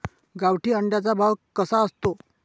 गावठी अंड्याचा भाव कसा असतो?